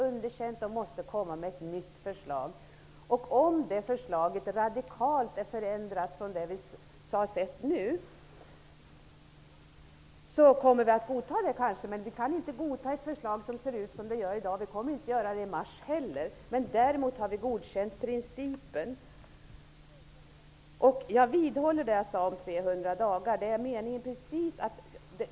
Regeringen måste komma med ett nytt förslag, och om det är radikalt förändrat jämfört med det vi nu har sett kommer vi kanske att godta det. Men vi kan inte godta ett förslag som ser ut som det nuvarande, och vi kommer inte att godta det i mars heller. Däremot har vi godkänt principen. Jag vidhåller det jag sade om 300 dagar.